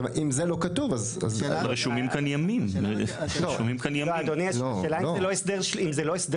אם זה לא כתוב --- השאלה היא אם זה לא הסדר חלופי.